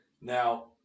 Now